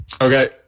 okay